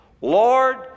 Lord